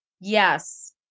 Yes